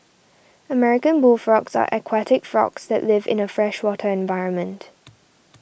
American bullfrogs are aquatic frogs that live in a freshwater environment